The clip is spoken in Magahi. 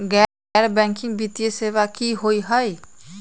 गैर बैकिंग वित्तीय सेवा की होअ हई?